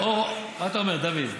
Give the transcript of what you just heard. מה אתה אומר, דוד?